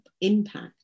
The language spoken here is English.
impact